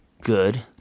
good